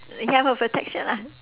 you have a protection lah